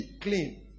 clean